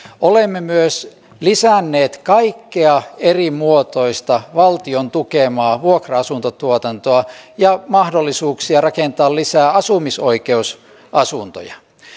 olemme myös lisänneet kaikkea erimuotoista valtion tukemaa vuokra asuntotuotantoa ja mahdollisuuksia rakentaa lisää asumisoikeusasuntoja